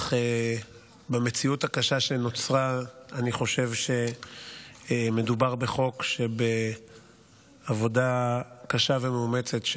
אך במציאות הקשה שנוצרה אני חושב שמדובר בחוק שבעבודה קשה ומאומצת,